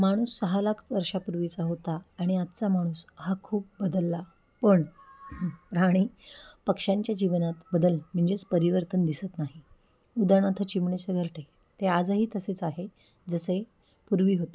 माणूस सहा लाख वर्षापूर्वीचा होता आणि आजचा माणूस हा खूप बदलला पण राहणी पक्ष्यांच्या जीवनात बदल म्हणजेच परिवर्तन दिसत नाही उदाहरणार्थ चिमणीचे घरटे ते आजही तसेच आहे जसे पूर्वी होते